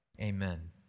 amen